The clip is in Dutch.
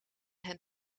het